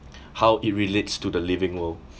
how it relates to the living world